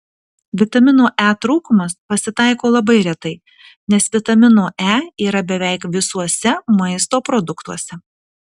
vitamino e trūkumas pasitaiko labai retai nes vitamino e yra beveik visuose maisto produktuose